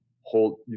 hold